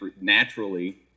naturally